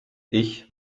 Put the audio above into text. ich